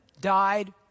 died